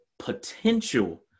potential